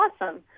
awesome